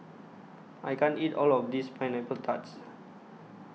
I can't eat All of This Pineapple Tart